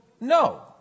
no